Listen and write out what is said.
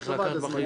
צריך לקחת בחשבון.